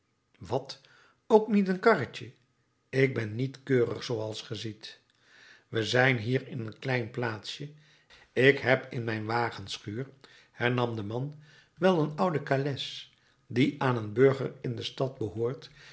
wat ook niet een karretje ik ben niet keurig zooals ge ziet we zijn hier in een klein plaatsje ik heb in mijn wagenschuur hernam de man wel een oude kales die aan een burger in de stad behoort